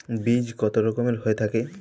বীজ কত রকমের হয়ে থাকে?